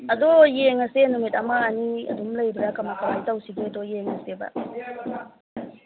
ꯑꯗꯣ ꯌꯦꯡꯉꯁꯦ ꯅꯨꯃꯤꯠ ꯑꯃ ꯑꯅꯤ ꯑꯗꯨꯝ ꯂꯩꯕ꯭ꯔ ꯀꯃꯥꯏ ꯀꯃꯥꯏ ꯇꯧꯁꯤꯒꯦꯗꯣ ꯌꯦꯡꯉꯁꯤꯕ